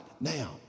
now